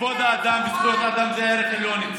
כבוד האדם וזכויות האדם הם ערכים עליונים אצלי,